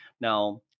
Now